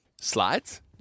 Slides